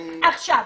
עכשיו,